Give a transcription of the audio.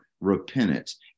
repentance